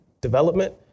development